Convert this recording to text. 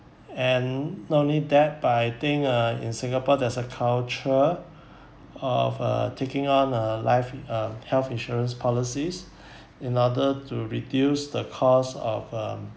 and not only that but I think uh in singapore there's a culture of uh taking on a life uh health insurance policies in order to reduce the cost of um